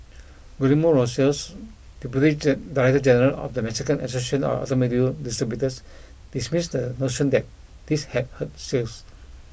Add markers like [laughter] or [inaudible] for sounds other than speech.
Guillermo Rosales deputy [unintelligible] director general of the Mexican association of automobile distributors dismissed the notion that this had hurt sales